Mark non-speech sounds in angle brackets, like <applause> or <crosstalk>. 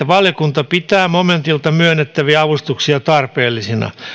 <unintelligible> valiokunta pitää momentilta myönnettäviä avustuksia tarpeellisina